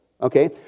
Okay